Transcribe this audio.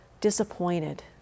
disappointed